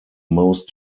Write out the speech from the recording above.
most